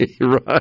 right